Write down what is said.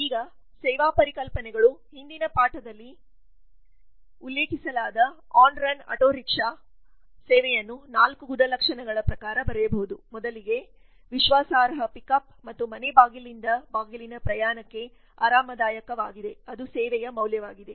ಈಗ ಸೇವಾ ಪರಿಕಲ್ಪನೆಗಳು ಹಿಂದಿನ ಪಾಠದಲ್ಲಿ ಉಲ್ಲೇಖಿಸಲಾದ ಆನ್ರನ್ ಆಟೋ ರಿಕ್ಷಾ ಸೇವೆಯನ್ನು 4 ಗುಣಲಕ್ಷಣಗಳ ಪ್ರಕಾರ ಬರೆಯಬಹುದು ಮೊದಲಿಗೆ ಮೌಲ್ಯದ ವಿಶ್ವಾಸಾರ್ಹ ಪಿಕ್ ಅಪ್ ಮತ್ತು ಮನೆ ಬಾಗಿಲಿಂದ ಬಾಗಿಲಿನ ಪ್ರಯಾಣಕ್ಕೆ ಆರಾಮದಾಯಕವಾಗಿದೆ ಅದು ಸೇವೆಯ ಮೌಲ್ಯವಾಗಿದೆ